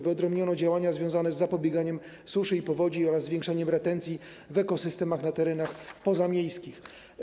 Wyodrębniono działania związane z zapobieganiem suszy i powodzi oraz zwiększaniem retencji w ekosystemach na terenach pozamiejskich.